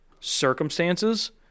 circumstances